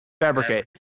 fabricate